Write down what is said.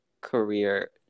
career